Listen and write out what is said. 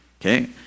okay